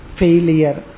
failure